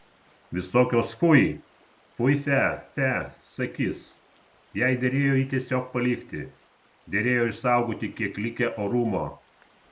visokios fui fui fe fe sakys jai derėjo jį tiesiog palikti derėjo išsaugoti kiek likę orumo